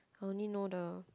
I only know the